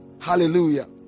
Hallelujah